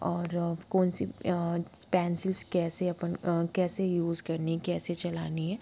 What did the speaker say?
और कौन सी पैंसिल्स कैसे अपन कैसे यूज़ करनी कैसे चलानी है